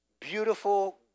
beautiful